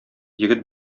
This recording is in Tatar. егет